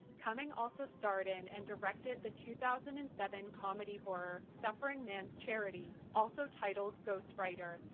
cumming also starred in and directed the two thousand and seven comedy horror suffering man's charity also titled ghost writer.